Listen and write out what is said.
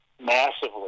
massively